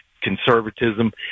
conservatism